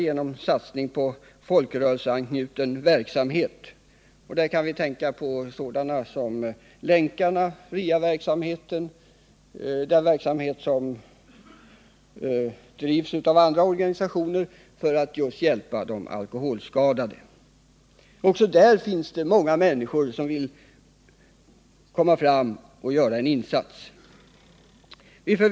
Man kan bl.a. nämna sådana organisationer som Länkarna och RIA-verksamheten som hjälper just de alkoholskadade. Också inom dessa organisationer finns det många människor som vill göra en insats. 7.